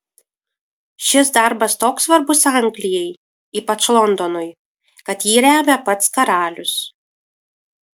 šis darbas toks svarbus anglijai ypač londonui kad jį remia pats karalius